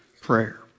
prayer